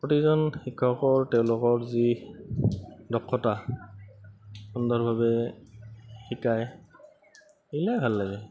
প্ৰতিজন শিক্ষকৰ তেওঁলোকৰ যি দক্ষতা সুন্দৰভাৱে শিকায় সেইবিলাক ভাল লাগে